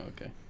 Okay